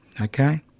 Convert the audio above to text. Okay